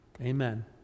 Amen